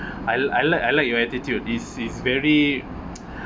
I I like I like your attitude is is very